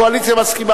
הקואליציה מסכימה,